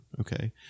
Okay